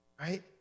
Right